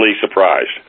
surprised